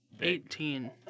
Eighteen